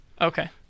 Okay